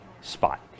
spot